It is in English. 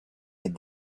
had